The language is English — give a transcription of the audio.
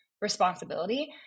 responsibility